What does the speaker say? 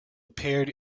appeared